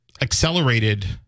accelerated